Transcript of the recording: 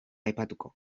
aipatuko